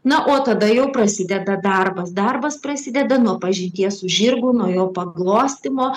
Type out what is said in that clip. na o tada jau prasideda darbas darbas prasideda nuo pažinties su žirgu nuo jo paglostymo